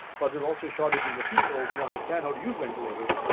but there's also shortages of people who understand how to use ventilators,